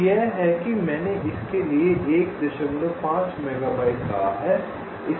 तो यह है कि मैंने इसके लिए 15 मेगाबाइट कहा है